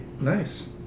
Nice